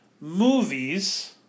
movies